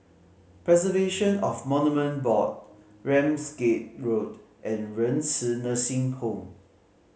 Preservation of Monument Board Ramsgate Road and Renci Nursing Home